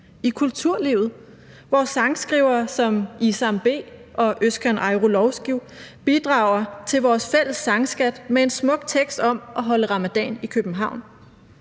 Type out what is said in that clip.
i kulturlivet, hvor sangskrivere som Isam B og Özcan Ajrulovski bidrager til vores fælles sangskat med en smuk tekst om at holde ramadan i København;